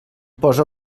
poso